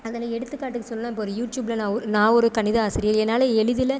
அதை நான் எடுத்துக்காட்டுக்கு சொல்லணும்னால் இப்போது ஒரு யூடியூப்பில் நான் ஒரு நான் ஒரு கணித ஆசிரியை என்னால் எளிதில்